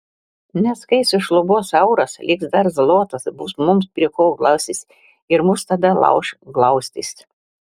nes kai sušlubuos euras liks dar zlotas bus mums prie ko glaustis ir mus tada lauš glaustis